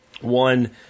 One